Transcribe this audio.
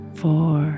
four